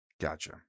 Gotcha